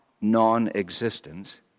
non-existence